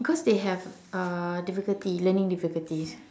cause they have uh difficulty learning difficulties